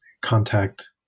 contact